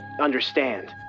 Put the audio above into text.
understand